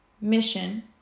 mission